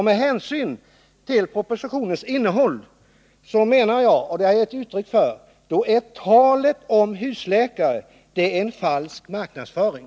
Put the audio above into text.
Med hänsyn till propositionens innehåll menar jag — och det har jag gett uttryck för — att talet om husläkare är falsk marknadsföring.